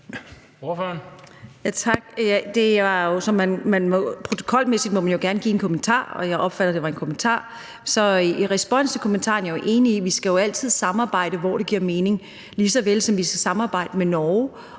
Protokolmæssigt må man jo gerne give en kommentar, og jeg opfattede, at det var en kommentar. Så i respons til kommentaren er jeg jo enig i, at vi altid skal samarbejde, hvor det giver mening, lige såvel som vi skal samarbejde med Norge